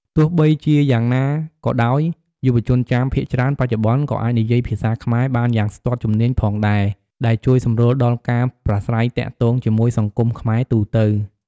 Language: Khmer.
ទោះបីជាយ៉ាងណាក៏ដោយ យុវជនចាមភាគច្រើនបច្ចុប្បន្នក៏អាចនិយាយភាសាខ្មែរបានយ៉ាងស្ទាត់ជំនាញផងដែរ ដែលជួយសម្រួលដល់ការប្រាស្រ័យទាក់ទងជាមួយសង្គមខ្មែរទូទៅ។